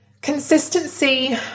consistency